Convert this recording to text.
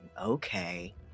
okay